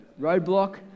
Roadblock